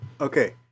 Okay